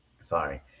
sorry